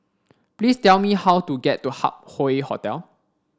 please tell me how to get to Hup Hoe Hotel